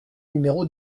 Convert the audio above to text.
numéro